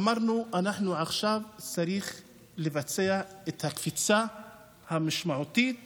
אמרנו: עכשיו צריך לבצע את הקפיצה המשמעותית בהישגים.